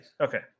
Okay